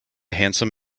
handsome